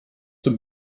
zum